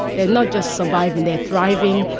they're not just surviving, they're thriving.